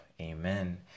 Amen